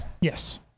Yes